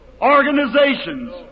organizations